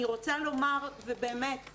אני רוצה לומר דוגמא